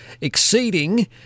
exceeding